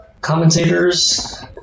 commentators